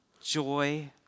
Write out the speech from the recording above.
Joy